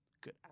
good